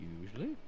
Usually